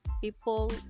People